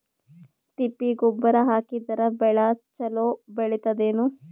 ತಿಪ್ಪಿ ಗೊಬ್ಬರ ಹಾಕಿದರ ಬೆಳ ಚಲೋ ಬೆಳಿತದೇನು?